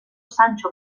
sancho